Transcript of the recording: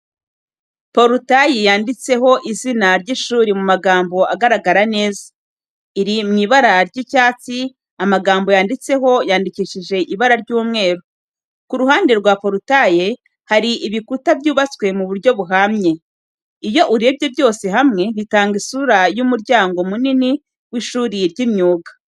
Porutaye yanditseho izina ry'ishuri mu magambo agaragara neza, iri mu ibara ry'icyatsi, amagambo yanditseho yandikishije ibara ry'umweru. Ku ruhande rwa porutaye, hari ibikuta byubatswe mu buryo buhamye. Iyo urebye byose hamwe bitanga isura y'umuryango munini w'ishuri ry'imyuga.